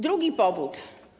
Drugi powód.